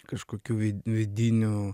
kažkokių vi vidinių